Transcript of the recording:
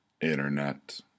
Internet